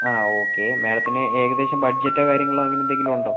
ആ ഓക്കെ മാഡത്തിന് ഏകദേശം ബഡ്ജറ്റോ കാര്യങ്ങളോ അങ്ങനെയെന്തെങ്കിലും ഉണ്ടോ